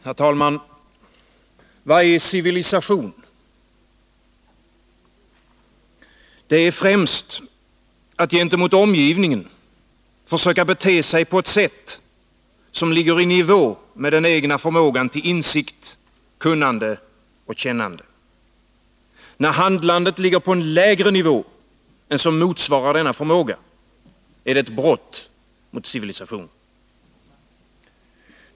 Herr talman! Vad är civilisation? Det är främst att gentemot omgivningen försöka bete sig på ett sätt som ligger i nivå med den egna förmågan till insikt, kunnande och kännande. När handlandet ligger på en lägre nivå än som motsvarar denna förmåga är det ett brott mot civilisationen.